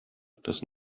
das